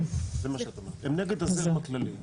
הן נגד הזרם הכללי,